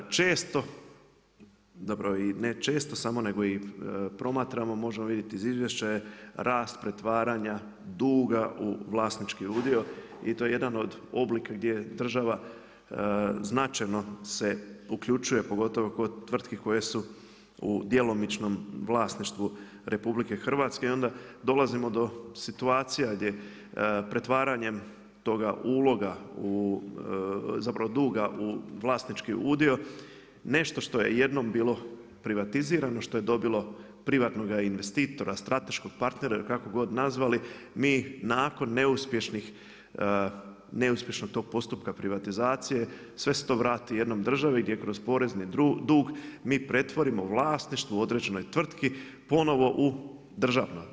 Često, zapravo ne često, samo nego i promatramo, možemo vidjeti iz izvješća je rast, pretvaranja duga u vlasnički udio i to je jedan od oblika gdje država, značajno se uključuje, pogotovo kod tvrtki koje se u djelomičnom vlasništvu RH i onda dolazimo do situacija, gdje pretvaranjem toga uloga, zapravo duga u vlasnički udio, nešto što je jednom bilo privatizirano, što je dobilo privatnoga investitora, strateškog partnera ili kako god nazvali, mi nakon neuspješnog tog postupka privatizacije, sve se to vrati jednoj državi gdje kroz porezni dug mi pretvorimo vlasništvo određenoj tvrtki ponovno u državno.